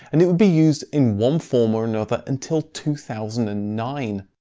and it would be used in one form or another until two thousand and nine.